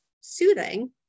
soothing